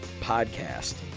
Podcast